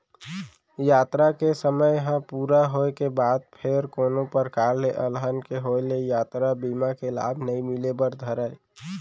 यातरा के समे ह पूरा होय के बाद फेर कोनो परकार ले अलहन के होय ले यातरा बीमा के लाभ नइ मिले बर धरय